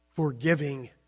Forgiving